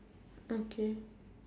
okay